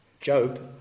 Job